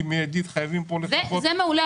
כי חייבים פה מידית -- זה מעולה,